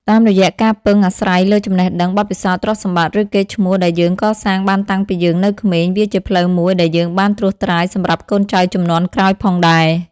តាមរយៈការពឹងអាស្រ័យលើចំណេះដឹង បទពិសោធន៍ ទ្រព្យសម្បត្តិ ឬកេរ្ដិ៍ឈ្មោះដែលយើងកសាងបានតាំងពីយើងនៅក្មេង វាជាផ្លូវមួយដែលយើងបានត្រួសត្រាយសម្រាប់កូនចៅជំនាន់ក្រោយផងដែរ។